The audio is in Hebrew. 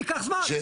ייקח זמן.